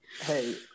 Hey